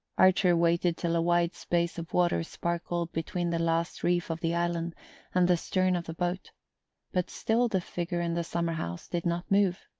archer waited till a wide space of water sparkled between the last reef of the island and the stern of the boat but still the figure in the summer-house did not move.